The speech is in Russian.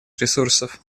ресурсов